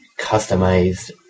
customized